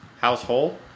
household